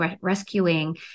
rescuing